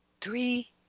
Three